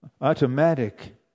automatic